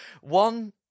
One